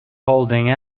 holding